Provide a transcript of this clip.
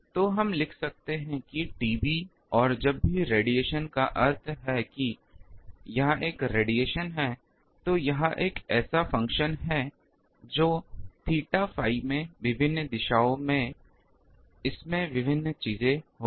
तो हम लिख सकते हैं कि TB और जब भी विकिरण का अर्थ है कि यह एक विकिरण है तो यह एक ऐसा फंक्शन है जो theta phi में विभिन्न दिशाओं में इसमें विभिन्न चीजें होंगी